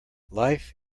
life